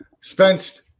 Spence